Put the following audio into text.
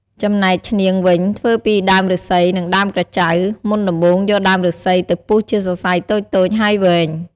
ចំណែកឈ្នាងវិញធ្វើពីដើមឫស្សី និងដើមក្រចៅ មុនដំបូងយកដើមឬស្សីទៅពុះជាសរសៃតូចៗហើយវែង។